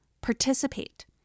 participate